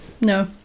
No